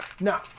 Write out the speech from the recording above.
Now